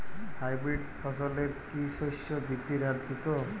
Hybrid ফসলের কি শস্য বৃদ্ধির হার দ্রুত?